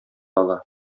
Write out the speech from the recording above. ала